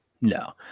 no